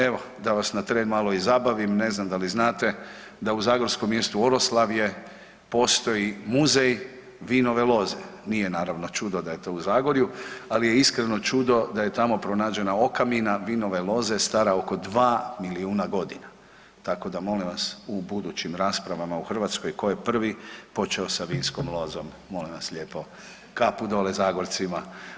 Evo da vas na tren malo i zabavim, ne znam da li znate da u zagorskom mjestu Oroslavlje postoji Muzej vinove loze, nije naravno čudo da je to u Zagorju, ali je iskreno čudo da je tamo pronađena okamina vinove loze stara oko dva milijuna godina, tako da molim vas u budućim raspravama u Hrvatskoj tko je prvi počeo sa vinskom lozom, molim vas lijepo, kapu dolje Zagorcima.